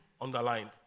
underlined